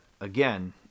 again